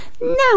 no